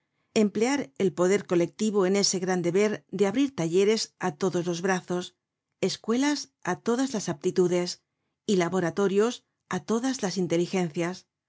emplear el poder colectivo en ese gran deber de abrir talleres á todos los brazos escuelas á todas las aptitudes y laboratorios á todas las inteligencias